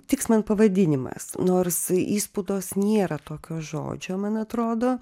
tiks man pavadinimas nors įspūdos nėra tokio žodžio man atrodo